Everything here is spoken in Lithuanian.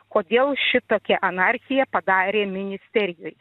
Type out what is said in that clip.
kodėl šitokią anarchiją padarė ministerijoj